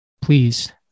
please